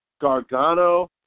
Gargano